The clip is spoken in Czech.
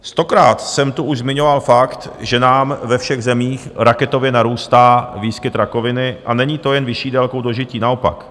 Stokrát jsem tu už zmiňoval fakt, že nám ve všech zemích raketově narůstá výskyt rakoviny, a není to jen vyšší délkou dožití, naopak.